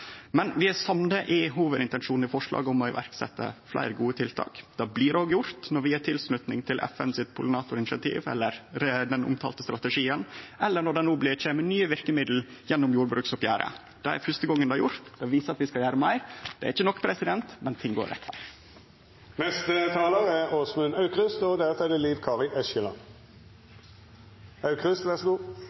Men vi er samde i hovudintensjonen i forslaget om å setje i verk fleire gode tiltak. Det blir òg gjort, som når vi gjev tilslutning til FNs pollinatorinitiativ, eller den omtalte strategien, eller når det no kjem nye verkemiddel gjennom jordbruksoppgjeret. Det er fyrste gongen det er gjort, og det viser at vi skal gjere meir. Det er ikkje nok, men ting går rett veg. Insektene er selve grunnstammen i vårt økosystem. Det er de som får det